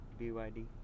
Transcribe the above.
BYD